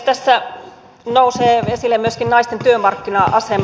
tässä nousee esille myöskin naisten työmarkkina asema